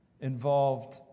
involved